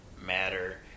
matter